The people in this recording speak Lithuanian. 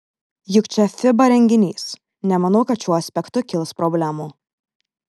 juk čia fiba renginys nemanau kad šiuo aspektu kils problemų